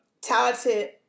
talented